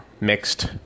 mixed